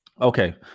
Okay